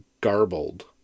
garbled